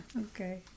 Okay